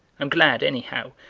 i'm glad, anyhow,